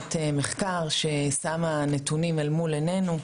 עבודת חקר ששמה נתונים אל מול עיננו,